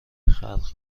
خلق